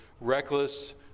reckless